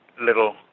little